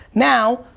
now,